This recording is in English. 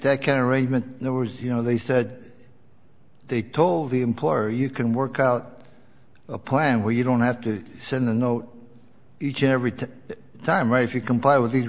that kind of arrangement were you know they said they told the employer you can work out a plan where you don't have to send a note each and every time or if you comply with the